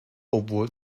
obwohl